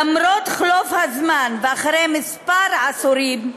למרות חלוף הזמן ואחרי כמה עשורים,